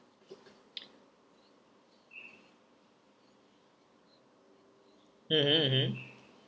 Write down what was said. mmhmm mmhmm